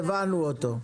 הבנו אותו,